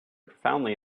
profoundly